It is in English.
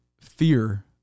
fear